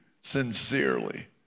sincerely